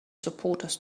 supporters